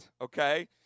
okay